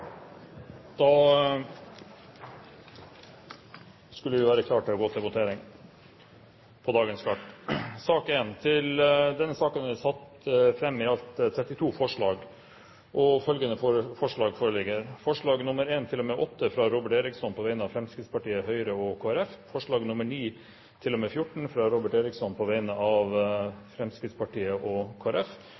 Da skulle vi være klare til å votere over sakene på dagens kart. Under debatten er det satt fram i alt 32 forslag. Det er forslagene nr. 1–8, fra Robert Eriksson på vegne av Fremskrittspartiet, Høyre og Kristelig Folkeparti forslagene nr. 9–14, fra Robert Eriksson på vegne av Fremskrittspartiet og